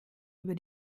über